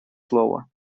слово